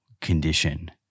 condition